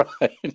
Right